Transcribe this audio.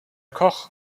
koch